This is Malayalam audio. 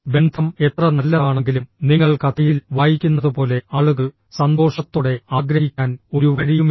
ബന്ധം എത്ര നല്ലതാണെങ്കിലും നിങ്ങൾ കഥയിൽ വായിക്കുന്നതുപോലെ ആളുകൾ സന്തോഷത്തോടെ ആഗ്രഹിക്കാൻ ഒരു വഴിയുമില്ല